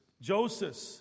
Joseph